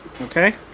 Okay